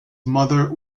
mother